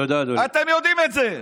אתם יודעים את זה.